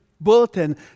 bulletin